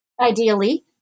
ideally